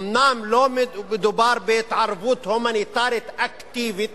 אומנם לא מדובר בהתערבות הומניטרית אקטיבית,